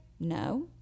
No